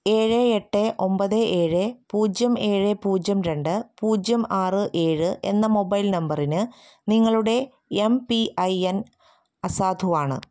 ഏഴ് എട്ട് ഒമ്പത് പൂജ്യം ഏഴ് പൂജ്യം രണ്ട് പൂജ്യം ആറ് ഏഴ് എന്ന മൊബൈൽ നമ്പറിന് നിങ്ങളുടെ എം പി ഐ എൻ അസാധുവാണ്